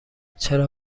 چرا